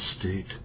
state